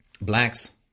blacks